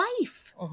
life